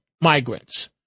migrants